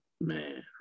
Man